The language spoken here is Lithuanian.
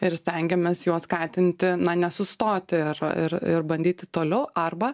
ir stengiamės juos skatinti nesustoti ir ir ir bandyti toliau arba